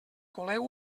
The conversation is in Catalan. coleu